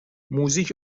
موزیک